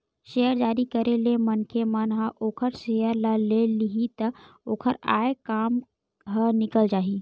share जारी करे ले मनखे मन ह ओखर सेयर ल ले लिही त ओखर आय काम ह निकल जाही